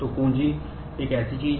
तो कुंजी है